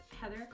Heather